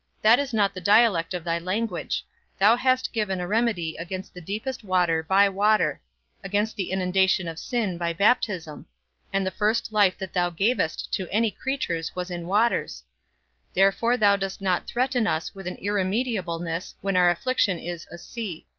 that is not the dialect of thy language thou hast given a remedy against the deepest water by water against the inundation of sin by baptism and the first life that thou gavest to any creatures was in waters therefore thou dost not threaten us with an irremediableness when our affliction is a sea.